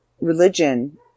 religion